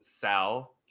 south